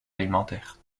alimentaire